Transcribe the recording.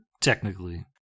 Technically